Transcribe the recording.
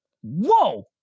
Whoa